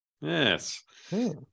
Yes